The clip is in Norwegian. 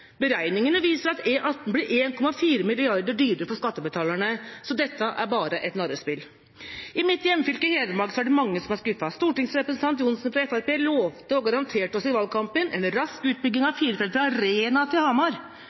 Beregningene viser at E18 blir 1,4 mrd. kr dyrere for skattebetalerne, så dette er bare et narrespill. I mitt hjemfylke, Hedmark, er det mange som er skuffet. Stortingsrepresentant Tor André Johnsen fra Fremskrittspartiet lovet og garanterte oss i valgkampen en rask utbygging av firefeltsvei fra Rena til Hamar